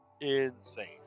Insane